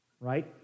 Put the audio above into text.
right